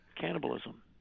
Cannibalism